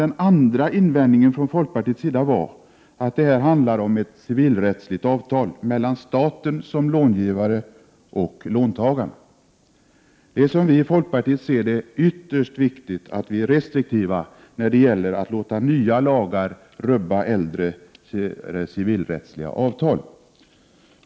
Den andra invändningen från folkpartiets sida var att det här handlar om ett civilrättsligt avtal mellan staten som långivare och låntagarna. Enligt folkpartiet är det ytterst viktigt att man är restriktiv när det gäller att låta nya lagar rubba äldre civilrättsliga avtal.